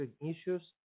issues